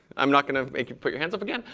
i'm not going to make you put your hands up again.